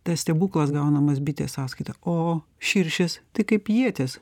tas stebuklas gaunamas bitės sąskaita o širšės tai kaip ietis